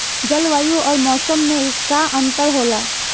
जलवायु और मौसम में का अंतर होला?